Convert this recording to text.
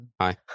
Hi